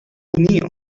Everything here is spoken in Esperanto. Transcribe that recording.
unio